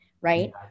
right